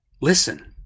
Listen